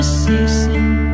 ceasing